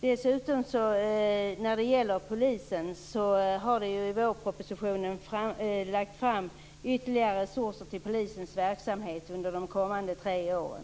Dessutom har det ju i vårpropositionen också lagts fram ytterligare resurser till polisens verksamhet under de kommande tre åren.